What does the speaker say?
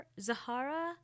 zahara